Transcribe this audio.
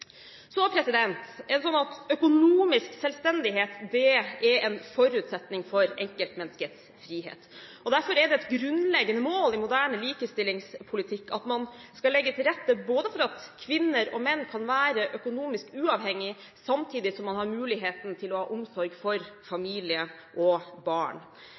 Så er det sånn at økonomisk selvstendighet er en forutsetning for enkeltmenneskets frihet. Derfor er det et grunnleggende mål i moderne likestillingspolitikk at man skal legge til rette for at kvinner og menn kan være økonomisk uavhengige, samtidig som man har muligheten til å ha omsorg for familie og barn.